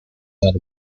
not